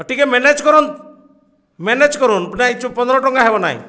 ହଉ ଟିକେ ମେନେଜ୍ କରୁନ୍ ମେନେଜ୍ କରୁନ୍ ପନ୍ଦର ଟଙ୍କା ହେବ ନହିଁ